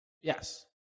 yes